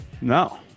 no